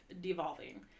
devolving